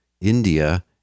india